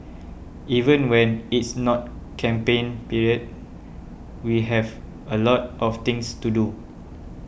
even when it's not campaign period we have a lot of things to do